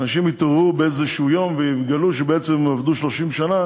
אנשים יתעוררו איזה יום ויגלו שהם עבדו 30 שנה